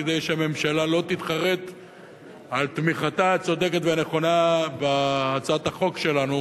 כדי שהממשלה לא תתחרט על תמיכתה הצודקת והנכונה בהצעת החוק שלנו